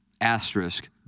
asterisk